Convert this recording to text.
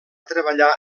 treballar